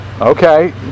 Okay